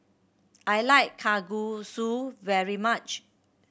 I like Kalguksu very much